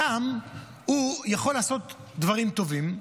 התם יכול לעשות דברים טובים,